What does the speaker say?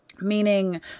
Meaning